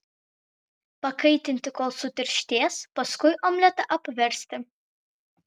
pakaitinti kol sutirštės paskui omletą apversti